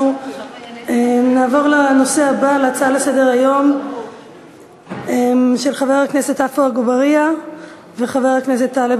אנחנו נעבור להצעות לסדר-היום של חבר הכנסת עפו אגבאריה וחבר הכנסת טלב